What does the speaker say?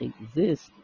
exist